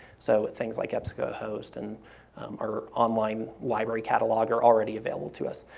so with things like ebscohost and or online library catalog are already available to us.